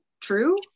true